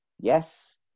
Yes